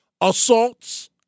Assaults